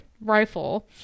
rifle